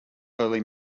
early